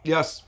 Yes